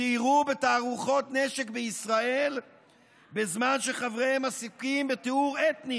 סיירו בתערוכות נשק בישראל בזמן שחבריהם עסוקים בטיהור אתני